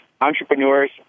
entrepreneurs